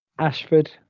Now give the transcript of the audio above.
Ashford